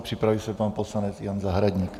Připraví se pan poslanec Jan Zahradník.